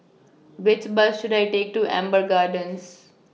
Which Bus should I Take to Amber Gardens